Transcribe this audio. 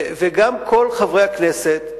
וגם כל חברי הכנסת,